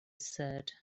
said